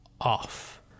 off